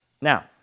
Now